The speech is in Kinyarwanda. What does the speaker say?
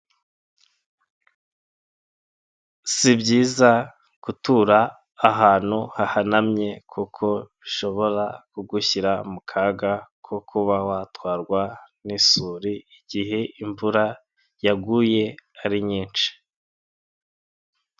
Si byiza gutura ahantu hahanamye kuko bishobora kugushyira mu kaga ko kuba watwarwa n'isuri igihe imvura yaguye ari nyinshi.